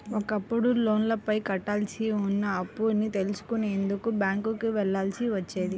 ఒకప్పుడు లోనుపైన కట్టాల్సి ఉన్న అప్పుని తెలుసుకునేందుకు బ్యేంకుకి వెళ్ళాల్సి వచ్చేది